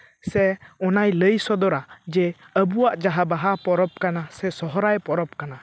ᱥᱮ ᱚᱱᱟᱭ ᱞᱟᱹᱭ ᱥᱚᱫᱚᱨᱟ ᱡᱮ ᱟᱵᱚᱣᱟᱜ ᱡᱟᱦᱟᱸ ᱵᱟᱦᱟ ᱯᱚᱨᱚᱵᱽ ᱠᱟᱱᱟ ᱥᱮ ᱥᱚᱦᱚᱨᱟᱭ ᱯᱚᱨᱚᱵᱽ ᱠᱟᱱᱟ